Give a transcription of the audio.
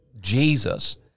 Jesus